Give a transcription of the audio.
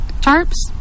tarps